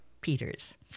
Peters